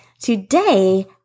Today